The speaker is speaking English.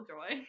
Joy